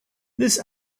this